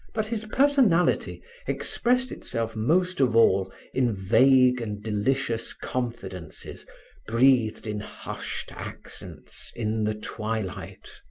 but his personality expressed itself most of all in vague and delicious confidences breathed in hushed accents, in the twilight.